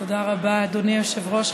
תודה רבה, אדוני היושב-ראש.